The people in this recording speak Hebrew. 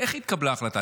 איך התקבלה ההחלטה?